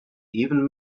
even